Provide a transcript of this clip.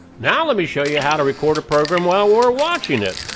now let me show you how to record a program while we're watching it.